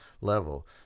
level